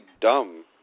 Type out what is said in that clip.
dumb